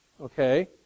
okay